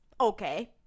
okay